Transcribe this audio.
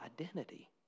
identity